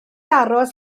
aros